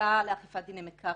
המחלקה לאכיפת דיני מקרקעין,